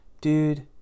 Dude